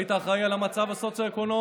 היית אחראי על המצב הסוציו-אקונומי.